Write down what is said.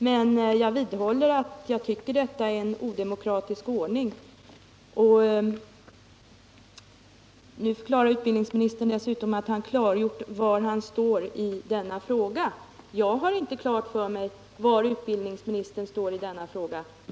Men jag vidhåller min uppfattning att detta är en odemokratisk ordning. Nu förklarar utbildningsministern dessutom att han klargjort var han står i denna fråga. Jag har inte klart för mig var utbildningsministern står i denna fråga.